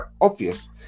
obvious